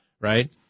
right